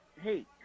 hey